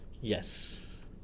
Yes